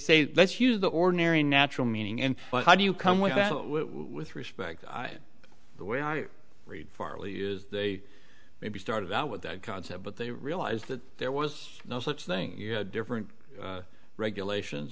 say let's use the ordinary natural meaning and how do you come with that with respect to the way i read farley is they maybe started out with that concept but they realized that there was no such thing different regulations